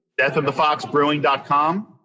Deathofthefoxbrewing.com